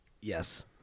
Yes